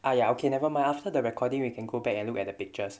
!aiya! okay nevermind after the recording we can go back and look at the pictures